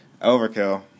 Overkill